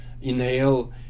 inhale